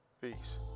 Peace